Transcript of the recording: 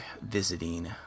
visiting